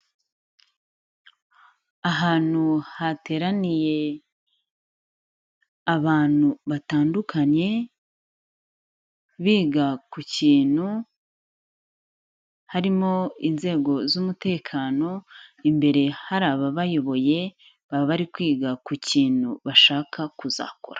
Ahantu hateraniye abantu batandukanye, biga ku kintu, harimo inzego z'umutekano, imbere hari ababayoboye, baba bari kwiga ku kintu bashaka kuzakora.